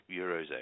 Eurozone